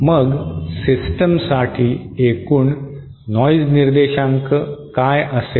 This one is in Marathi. मग सिस्टमसाठी एकूण नॉइज निर्देशांक काय असेल